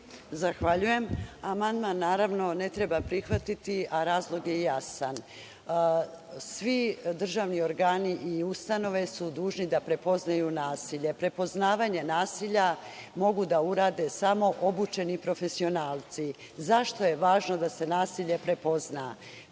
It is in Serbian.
Zahvaljujem. Amandman naravno ne treba prihvati, a razlog je jasan. Svi državni organi i ustanove su dužni da prepoznaju nasilje. Prepoznavanje nasilja mogu da urade samo obučeni profesionalci. Zašto je važno da se nasilje prepozna?